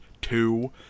two